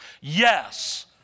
Yes